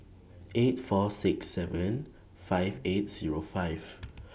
eight four six seven five eight Zero five